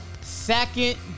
second